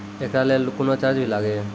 एकरा लेल कुनो चार्ज भी लागैये?